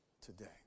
today